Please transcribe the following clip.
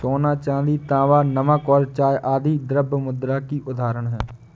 सोना, चांदी, तांबा, नमक और चाय आदि द्रव्य मुद्रा की उदाहरण हैं